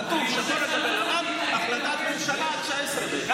כתוב שחור על גבי לבן, החלטת ממשלה, 19(ב).